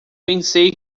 pensei